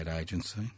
agency